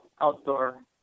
outdoor